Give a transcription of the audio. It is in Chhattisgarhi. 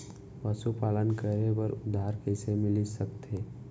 पशुपालन करे बर उधार कइसे मिलिस सकथे?